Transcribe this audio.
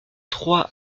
trois